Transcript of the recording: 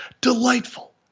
delightful